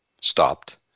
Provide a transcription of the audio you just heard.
stopped